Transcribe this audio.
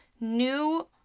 new